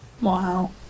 Wow